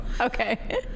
Okay